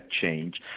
change